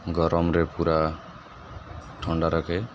ଗରମରେ ପୁରା ଥଣ୍ଡା ରଖେ